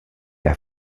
l’a